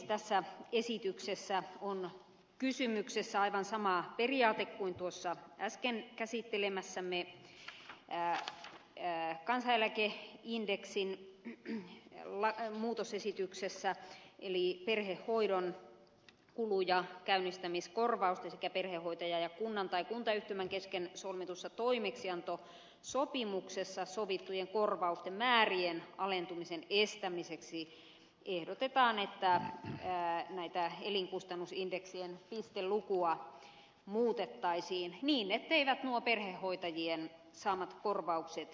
tässä esityksessä on kysymyksessä aivan sama periaate kuin tuossa äsken käsittelemässämme kansaneläkeindeksin muutosesityksessä eli perhehoidon kulu ja käynnistämiskorvausten sekä perhehoitajan ja kunnan tai kuntayhtymän kesken solmitussa toimeksiantosopimuksessa sovittujen korvausten määrien alentumisen estämiseksi ehdotetaan että tätä elinkustannusindeksien pistelukua muutettaisiin niin etteivät nuo perhehoitajien saamat korvaukset alenisi